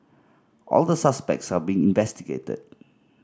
all the suspects are being investigated